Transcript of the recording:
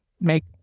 make